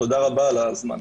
תודה רבה על הזמן.